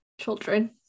children